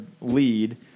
lead